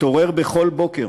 מתעורר בכל בוקר